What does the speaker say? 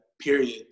Period